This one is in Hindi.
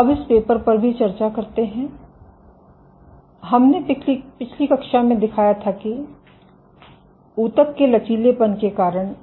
अब इस पेपर पर भी चर्चा करते हैं हमने पिछली कक्षा में दिखाया था कि ऊतक के लचीलेपन के आधार पर